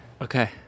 Okay